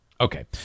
Okay